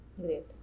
Great